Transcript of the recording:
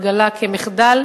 התגלה כמחדל.